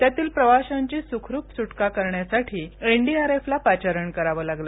त्यातील प्रवाशांची सुटका करण्यासाठी एनडीआरएफला पाचारण करावं लागलं